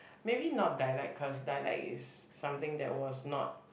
maybe not dialect cause dialect is something that was not